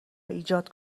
ایجاد